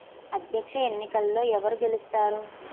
అధ్యక్ష ఎన్నికల్లో ఎవరు గెలుస్తారు